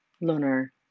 lunar